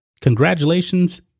congratulations